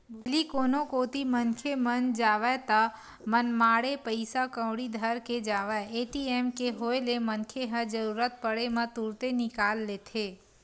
पहिली कोनो कोती मनखे मन जावय ता मनमाड़े पइसा कउड़ी धर के जावय ए.टी.एम के होय ले मनखे ह जरुरत पड़े म तुरते निकाल लेथे